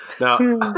Now